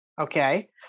Okay